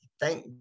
thank